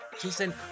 Jason